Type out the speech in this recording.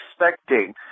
expecting